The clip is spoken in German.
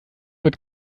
wird